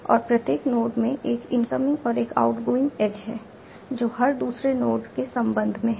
और प्रत्येक नोड में एक इनकमिंग और एक आउटगोइंग एज है जो हर दूसरे नोड के संबंध में है